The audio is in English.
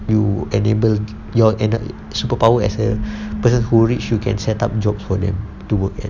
you enable your superpower as a person who rich you can set up jobs for them to work and